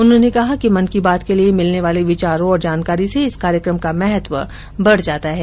उन्होंने कहा कि मन की बात के लिए मिलने वाले विचारों और जानकारी से इस कार्यक्रम का महत्व बढ़ जाता है